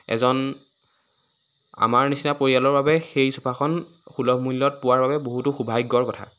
এজন আমাৰ নিচিনা পৰিয়ালৰ বাবে সেই চোফাখন সুলভ মূল্যত পোৱাৰ বাবে বহুতো সৌভাগ্যৰ কথা